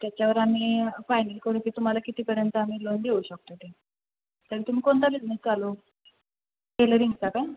त्याच्यावर आम्ही फायनल करू की तुम्हाला कितीपर्यंत आम्ही लोन देऊ शकतो ते पण तुम्ही कोणता बिजनेस चालू टेलरिंगचा का